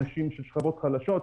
אנשים משכבות חלשות,